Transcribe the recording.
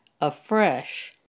afresh